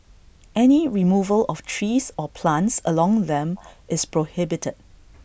any removal of trees or plants along them is prohibited